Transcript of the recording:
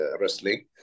wrestling